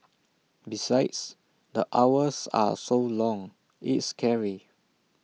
besides the hours are so long it's scary